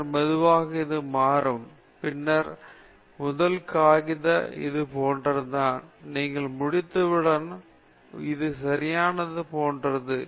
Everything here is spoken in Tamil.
பின்னர் மெதுவாக இது மாறும் பின்னர் முதல் காகித இது போன்றது நீங்கள் முடித்தவுடன் இது சரியா போன்றது